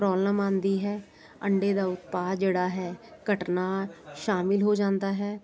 problem ਆਉਂਦੀ ਹੈ ਅੰਡੇ ਦਾ ਉਪਾਅ ਜਿਹੜਾ ਹੈ ਘਟਨਾ ਸ਼ਾਮਲ ਹੋ ਜਾਂਦਾ ਹੈ